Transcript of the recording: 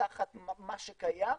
תחת מה שקיים,